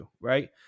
right